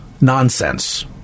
nonsense